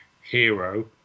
hero